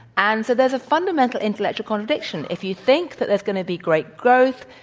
and so, there's a fundamental intellectual conviction. if you think that there's going to be great growth,